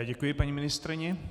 Děkuji paní ministryni.